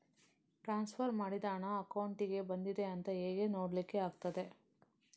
Transfer ಮಾಡಿದ ಹಣ ಅಕೌಂಟಿಗೆ ಬಂದಿದೆ ಅಂತ ಹೇಗೆ ನೋಡ್ಲಿಕ್ಕೆ ಆಗ್ತದೆ?